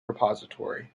repository